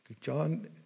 John